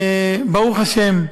ברוך השם,